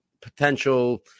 potential